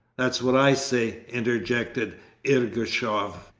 that's what i say interjected ergushov,